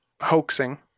hoaxing